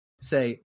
say